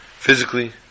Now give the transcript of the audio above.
Physically